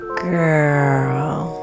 girl